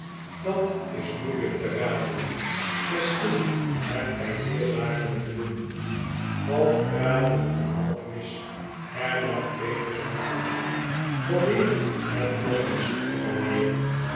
dat is moeilijk te raden misschien hebt gij hier zaken te doen half geraden en half mis hernam petrus magnus probeer het nog eens